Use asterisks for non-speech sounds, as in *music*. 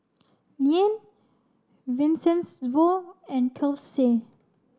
*unintelligible* Vincenzo and Kelsey